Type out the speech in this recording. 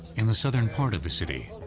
in the southern part of the city,